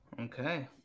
Okay